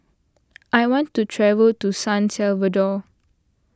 I want to travel to San Salvador